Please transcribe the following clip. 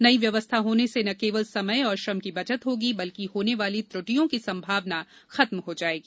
नई व्यवस्था होने से न केवल समय और श्रम की बचत होगी बल्कि होने वाली त्रुटियों की संभावना खत्म हो जायेगी